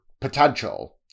potential